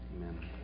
Amen